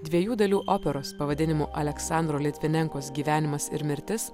dviejų dalių operos pavadinimu aleksandro litvinenkos gyvenimas ir mirtis